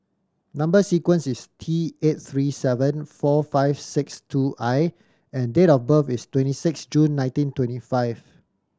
number sequence is T eight three seven four five six two I and date of birth is twenty six June nineteen twenty five